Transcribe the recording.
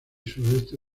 sudoeste